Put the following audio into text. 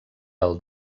del